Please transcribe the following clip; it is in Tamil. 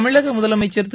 தமிழக முதலமைச்சா் திரு